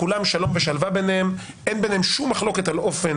יש שלום ושלווה ביניהם; אין ביניהם שום מחלוקת על אופן